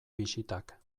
bisitak